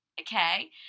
okay